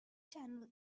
channel